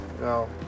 No